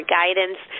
guidance